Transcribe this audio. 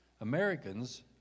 Americans